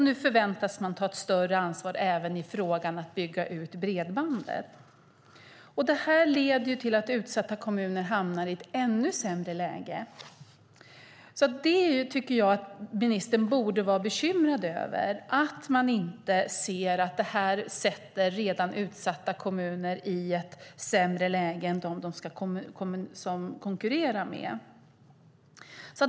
Nu förväntas de ta ett större ansvar även för att bygga ut bredbandet. Det här leder till att utsatta kommuner hamnar i ett ännu sämre läge. Jag tycker att ministern borde vara bekymrad över detta och se att det här sätter redan utsatta kommuner i ett sämre läge än de kommuner de ska konkurrera med.